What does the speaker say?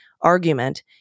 argument